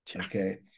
okay